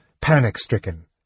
panic-stricken